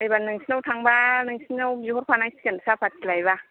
एबारै नोंसोरनाव थाङोब्ला नोंसोरनियाव बिहरफानांसिगोन सापात्ति लायोब्ला